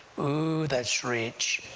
ooh, that's rich,